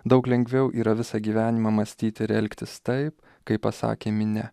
daug lengviau yra visą gyvenimą mąstyt ir elgtis taip kaip pasakė minia